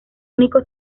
único